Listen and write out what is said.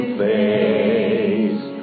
face